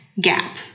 gap